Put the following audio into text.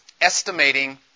estimating